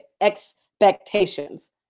expectations